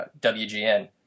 WGN